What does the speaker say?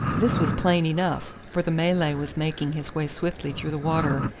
this was plain enough, for the malay was making his way swiftly through the water,